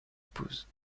épouse